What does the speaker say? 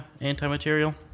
anti-material